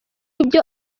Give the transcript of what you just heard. ibyo